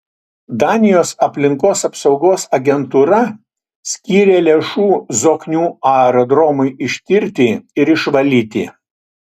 danijos aplinkos apsaugos agentūra skyrė lėšų zoknių aerodromui ištirti ir išvalyti